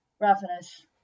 Ravenous